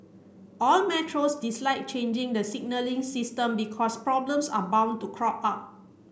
all metros dislike changing the signalling system because problems are bound to crop up